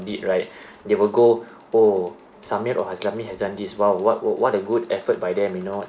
did right they will go oh samir or haslami has done this !wow! wha~ what a good effort by them you know